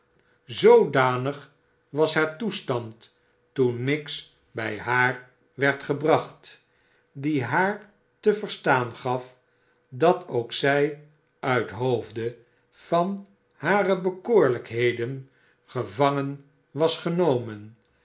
zoodanig was haar toestand toen miggs bij haar werd gebracht die haar te verstaan gaf dat k zij uit hoofde van hare bekoor lijkheden gevangen was genomen